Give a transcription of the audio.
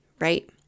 right